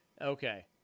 okay